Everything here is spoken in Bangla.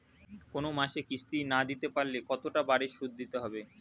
কোন মাসে কিস্তি না দিতে পারলে কতটা বাড়ে সুদ দিতে হবে?